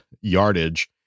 yardage